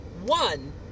one